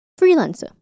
FREELANCER